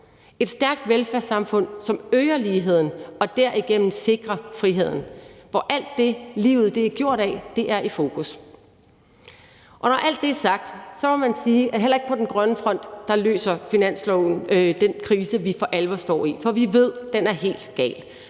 et stærkt velfærdssamfund, som øger ligheden og derigennem sikrer friheden, og hvor alt det, livet er gjort af, er i fokus. Når alt det er sagt, må man sige, at heller ikke på den grønne front løser finansloven den krise, vi for alvor står i. For vi ved, den er helt gal